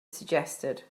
suggested